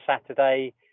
Saturday